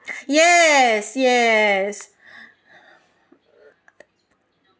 yes yes